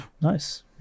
Nice